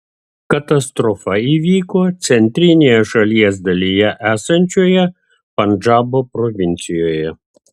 katastrofa įvyko centrinėje šalies dalyje esančioje pandžabo provincijoje